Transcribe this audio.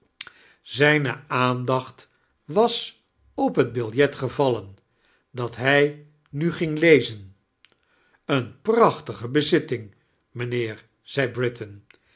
zijne aandacht was op het biljet gevallen dat hij mi ging lezem een prachtige bezitting mijnheer zed britain